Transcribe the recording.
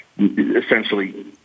essentially